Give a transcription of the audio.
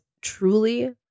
truly